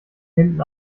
hinten